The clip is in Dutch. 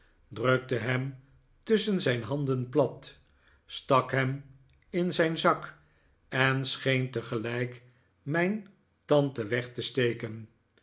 drukte hem tusschen zijn handen plat stak hem in zijn zak en scheen tegelijk mijn tante weg te steken